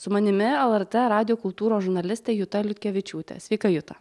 su manimi lrt radijo kultūros žurnalistė juta liutkevičiūtė sveika juta